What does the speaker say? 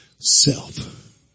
self